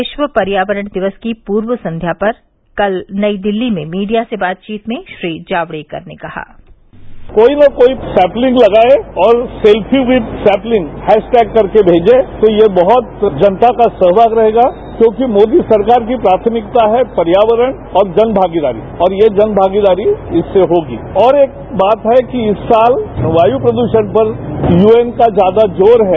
विश्व पर्यावरण दिवस की पूर्व संध्या पर कल नई दिल्ली में मीडिया से बातचीत में श्री जावड़ेकर ने कहा कोई ने कोई सैप्लिंग लगाए और selfie with sapling hashtag करके भेजे तो ये बहुत जनता का सहयोग रहेगा क्योंकि मोदी सरकार की प्राथमिकता है पर्यावरण और जनभागीदारी और ये जनभागीदारी इससे होगी और एक बात है कि इस साल वायु प्रदृषण पर यूएन का ज्यादा जोर है